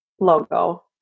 logo